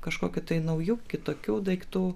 kažkokių tai naujų kitokių daiktų